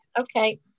okay